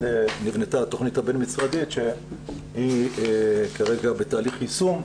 נבנתה התכנית הבין משרדית שהיא כרגע בתהליך יישום,